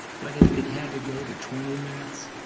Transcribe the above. but if it had to go to twenty minutes,